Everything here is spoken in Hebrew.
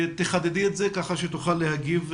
תחדדי את זה כך שהיא תוכל להגיב.